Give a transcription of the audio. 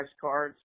cards